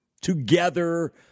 Together